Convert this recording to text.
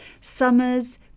summers